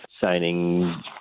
signing